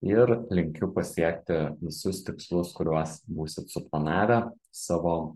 ir linkiu pasiekti visus tikslus kuriuos būsit suplanavę savo